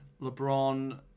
LeBron